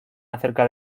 acerca